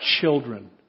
children